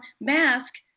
mask